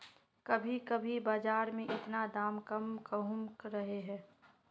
कभी कभी बाजार में इतना दाम कम कहुम रहे है?